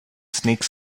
snake